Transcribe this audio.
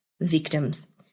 victims